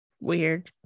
weird